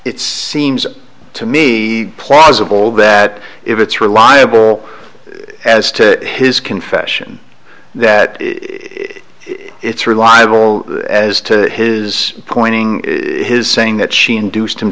it's seems to me a plausible that if it's reliable as to his confession that it's reliable as to his pointing his saying that she induced him